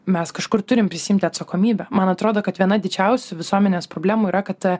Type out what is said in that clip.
mes kažkur turim prisiimti atsakomybę man atrodo kad viena didžiausių visuomenės problemų yra kad